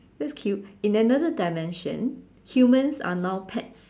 that's cute in another dimension humans are now pets